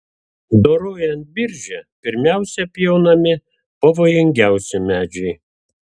dorojant biržę pirmiausia pjaunami pavojingiausi medžiai